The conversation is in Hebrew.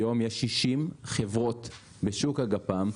היום יש 60 חברות בשוק הגפ"מ.